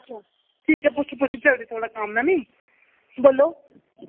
आं पुच्छी पुच्छी सकदे थुहाड़ा कम्म ऐ नीं बोल्लो